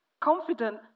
confident